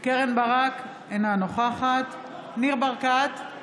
קרן ברק, אינה נוכחת ניר ברקת,